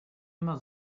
immer